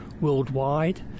worldwide